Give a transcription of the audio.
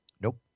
Nope